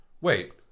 wait